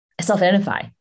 self-identify